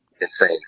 insane